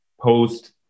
post